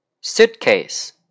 Suitcase